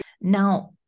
Now